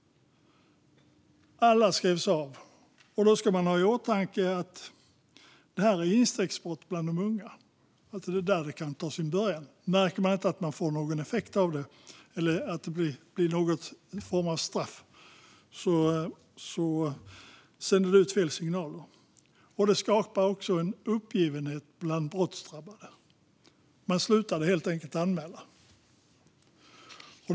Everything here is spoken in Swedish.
Alla skrevs av. Då ska vi ha i åtanke att dessa brott är instegsbrott bland de unga. Det är där det kan ta sin början. Det sänder ut fel signaler när de märker de att det inte blir någon form av straff. Sådant skapar också en uppgivenhet bland brottsdrabbade. Man slutar helt enkelt att anmäla.